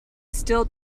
still